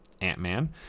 Ant-Man